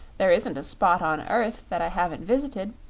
there isn't a spot on earth that i haven't visited,